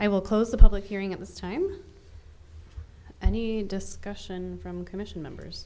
i will close the public hearing at this time and he discussion from commission members